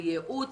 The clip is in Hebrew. בייעוץ,